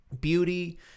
beauty